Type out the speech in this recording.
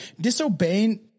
disobeying